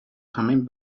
coming